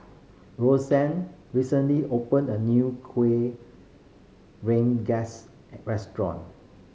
Rosann recently opened a new Kueh Rengas restaurant